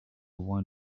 around